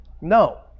No